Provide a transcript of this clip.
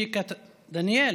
דניאל.